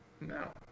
No